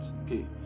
Okay